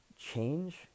change